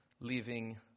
leaving